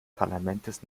parlaments